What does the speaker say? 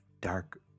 dark